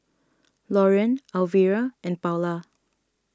Lorean Alvira and Paola